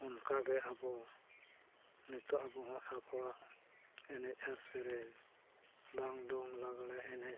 ᱚᱱᱠᱟᱜᱮ ᱟᱵᱚ ᱱᱤᱛᱚᱜ ᱟᱵᱚᱦᱚᱸ ᱟᱵᱚᱣᱟᱜ ᱮᱱᱮᱡ ᱟᱨ ᱥᱮᱨᱮᱧ ᱵᱟᱝ ᱫᱚᱝ ᱞᱟᱜᱽᱬᱮ ᱮᱱᱮᱡ